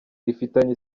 rifitanye